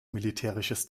militärisches